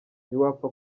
ntiwapfa